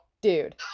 Dude